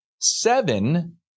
Seven